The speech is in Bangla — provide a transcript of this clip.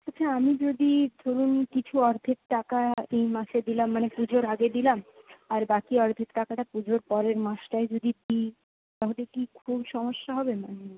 আচ্ছা আমি যদি ধরুন কিছু অর্ধেক টাকা এই মাসে দিলাম মানে পুজোর আগে দিলাম আর বাকি অর্ধেক টাকাটা পুজোর পরের মাসটায় যদি দিই তাহলে কি খুব সমস্যা হবে মানে